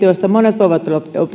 joista monet voivat